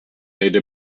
made